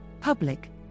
public